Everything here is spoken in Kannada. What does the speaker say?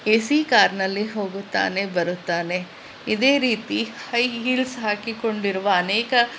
ಎ ಸಿ ಕಾರ್ನಲ್ಲಿ ಹೋಗುತ್ತಾನೆ ಬರುತ್ತಾನೆ ಇದೇ ರೀತಿ ಹೈ ಹೀಲ್ಸ್ ಹಾಕಿಕೊಂಡಿರುವ ಅನೇಕ